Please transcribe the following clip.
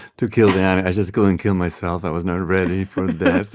to kill them. i just go and kill myself i was not ready for that.